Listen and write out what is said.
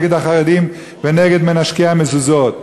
נגד החרדים ונגד מנשקי המזוזות.